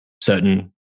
certain